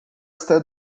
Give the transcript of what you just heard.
está